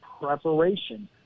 preparation